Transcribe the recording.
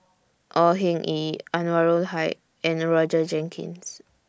Au Hing Yee Anwarul Haque and Roger Jenkins